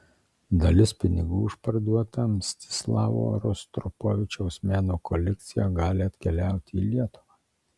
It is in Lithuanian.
dalis pinigų už parduotą mstislavo rostropovičiaus meno kolekciją gali atkeliauti į lietuvą